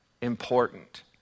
important